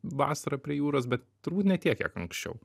vasarą prie jūros bet turbūt ne tiek kiek anksčiau